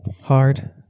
hard